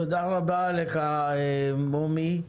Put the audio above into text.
תודה רבה לך, מומי.